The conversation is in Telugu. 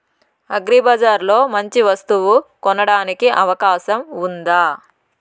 అగ్రిబజార్ లో మంచి వస్తువు కొనడానికి అవకాశం వుందా?